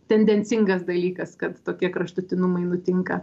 tendencingas dalykas kad tokie kraštutinumai nutinka